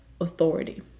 authority